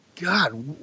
God